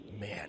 Man